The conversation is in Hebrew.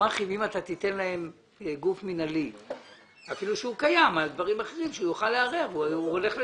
אם אתם תבדקו ואתם תראו שזה דבר שהוא בלתי אפשרי,